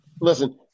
Listen